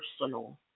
personal